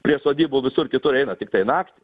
prie sodybų visur kitur eina tiktai naktį